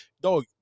dog